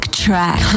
track